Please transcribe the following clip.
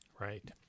Right